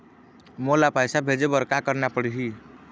मोला पैसा भेजे बर का करना पड़ही?